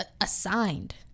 assigned